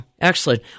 Excellent